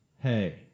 hey